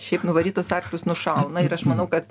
šiaip nuvarytus arklius nušauna ir aš manau kad